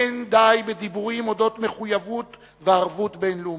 לא די בדיבורים על מחויבות וערבות בין-לאומית.